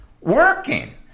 working